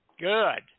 Good